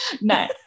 No